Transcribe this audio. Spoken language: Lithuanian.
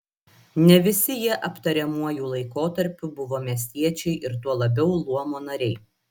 ne visi jie aptariamuoju laikotarpiu buvo miestiečiai ir tuo labiau luomo nariai